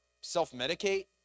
self-medicate